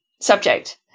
subject